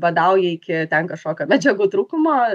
badauji iki ten kažkokio medžiagų trūkumo